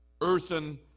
earthen